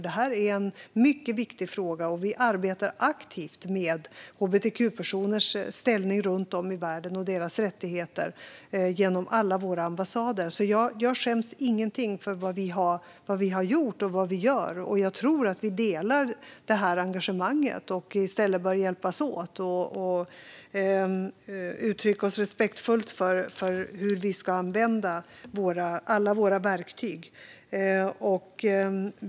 Detta är en mycket viktig fråga, och vi arbetar aktivt med hbtq-personers ställning och rättigheter runt om i världen genom alla våra ambassader. Jag skäms inte för vad vi har gjort och vad vi gör. Jag tror att vi delar detta engagemang och i stället bör hjälpas åt och uttrycka oss respektfullt om hur vi ska använda alla våra verktyg.